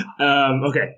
okay